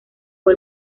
fue